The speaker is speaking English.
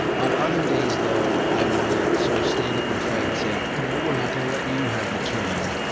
on other days, though, i want to sort of stand up and fight and say, no, we're not going to let you have the term.